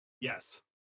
Yes